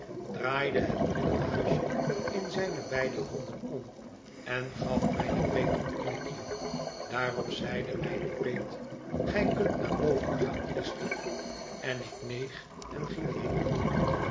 draaide het brillenhuisje in zijne beide handen om en gaf mijne peet een knikje daarop zeide mijne peet gij kunt naar boven gaan esther en ik neeg en ging heen